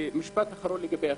לגבי החינוך,